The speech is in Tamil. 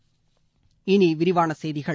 இனி விரிவான செய்திகள்